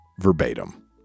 verbatim